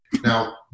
Now